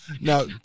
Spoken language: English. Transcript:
now